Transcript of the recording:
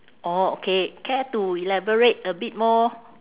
orh okay care to elaborate a bit more